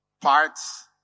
parts